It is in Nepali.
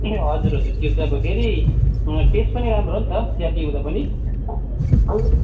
ए हजुर हजुर त्यो चाहिँ अब फेरि टेस्ट पनि राम्रो हो नि त चिया पिउँदा पनि